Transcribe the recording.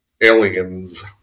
Aliens